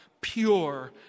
pure